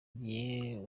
igihe